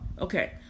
Okay